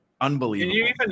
Unbelievable